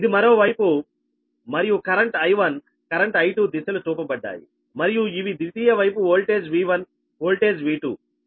ఇది మరోవైపు మరియు కరెంట్ I1 కరెంట్ I2 దిశలు చూపబడ్డాయి మరియు ఇవి ద్వితీయ వైపు వోల్టేజ్ V1 వోల్టేజ్ V2